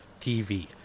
TV